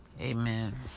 Amen